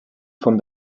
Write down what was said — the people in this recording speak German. von